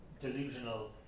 delusional